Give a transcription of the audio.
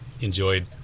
enjoyed